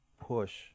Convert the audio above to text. push